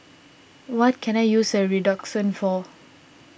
what can I use Redoxon for